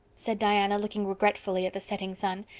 said diana looking regretfully at the setting sun.